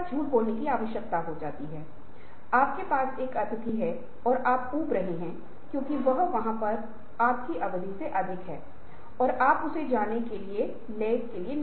और संगठन संतुलन से असमानता की स्थिति की ओर बढ़ेगा और फिर से परिवर्तन प्रबंधन रणनीतियों को अपनाकर संतुलन राज्य में आएगा